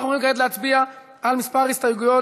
אנחנו עוברים כעת להצביע על מספר הסתייגויות